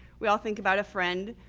we all think about a friend.